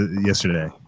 yesterday